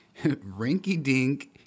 rinky-dink